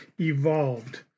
evolved